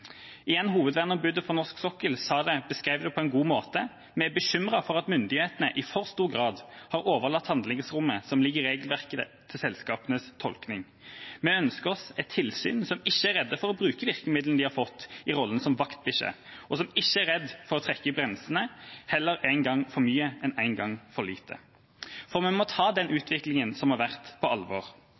Igjen: Hovedverneombudet for norsk sokkel i Statoil beskrev det på en god måte: Vi er bekymret for at myndighetene i for stor grad har overlatt handlingsrommet som ligger i regelverket, til selskapenes tolkning. Vi ønsker oss et tilsyn som ikke er redd for å bruke virkemidlene de har fått i rollen som vaktbikkje, og som ikke er redd for å trekke i bremsene, heller en gang for mye enn en gang for lite. Vi må ta den utviklingen som har vært, på alvor.